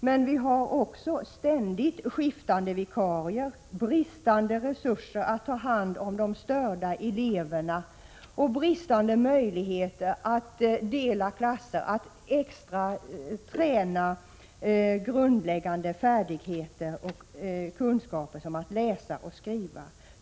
Det finns också ständigt skiftande vikarier, bristande resurser att ta hand om de störda eleverna och bristande möjligheter att dela klasser och ge extra träning i grundläggande färdigheter och kunskaper som att läsa och skriva.